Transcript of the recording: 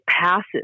passes